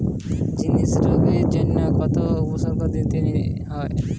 টমেটোতে ছত্রাক জনিত রোগের জন্য কি উপসর্গ নিতে হয়?